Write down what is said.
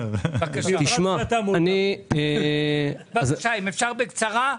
בבקשה, אם אפשר בקצרה.